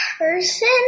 person